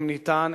אם ניתן,